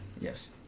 Yes